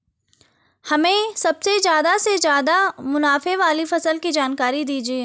हमें सबसे ज़्यादा से ज़्यादा मुनाफे वाली फसल की जानकारी दीजिए